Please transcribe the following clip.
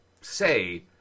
say